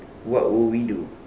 what will we do